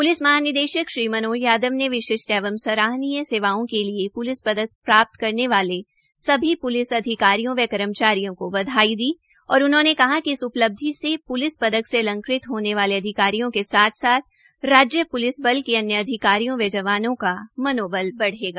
police महानिदेशक श्री मनोज यादव ने विशिष्ट एवं सराहनीय सेवाओं के लिए प्लिस पदक प्राप्त करने वाले सभी प्लिस अधिकारियों व कर्मचारियों को बधाई दी और कहा इस उपलब्धि से प्लिस पदक से अलंकृत होने वाले अधिकारियों के साथ साथ राज्य पुलिस बल के अन्य अधिकारियों व जवानों का मनोबल बढेगा